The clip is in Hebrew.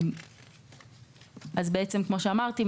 כמו שאמרתי,